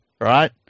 right